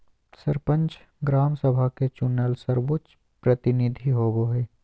सरपंच, ग्राम सभा के चुनल सर्वोच्च प्रतिनिधि होबो हइ